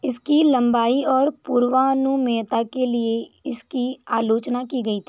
इसकी लम्बाई और पूर्वानुमेयता के लिए इसकी आलोचना की गई थी